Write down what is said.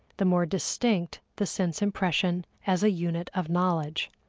the more distinct the sense-impression as a unit of knowledge.